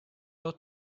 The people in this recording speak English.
not